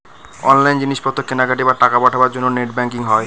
online জিনিস পত্র কেনাকাটি, বা টাকা পাঠাবার জন্য নেট ব্যাঙ্কিং হয়